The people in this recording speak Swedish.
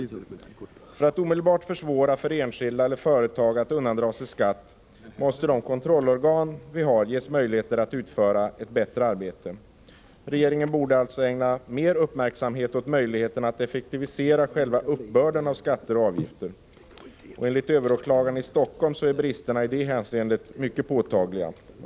För att omedelbart försvåra för enskilda eller företag att undandra sig skatt måste de kontrollorgan vi har ges möjlighet att utföra ett bättre arbete. Regeringen borde alltså ägna mer uppmärksamhet åt möjligheterna att effektivisera själva uppbörden av skatter och avgifter. Enligt överåklagaren i Stockholm är bristerna i det hänseendet mycket påtagliga.